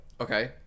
Okay